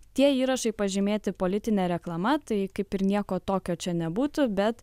tie įrašai pažymėti politine reklama tai kaip ir nieko tokio čia nebūtų bet